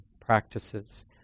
practices